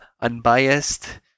unbiased